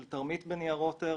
של תרמית בניירות ערך.